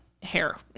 hair